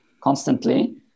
constantly